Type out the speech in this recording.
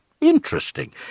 Interesting